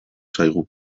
zaigu